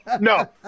No